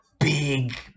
Big